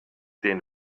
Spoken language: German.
den